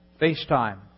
FaceTime